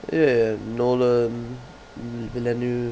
ya nolan villeneuve